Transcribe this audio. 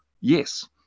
yes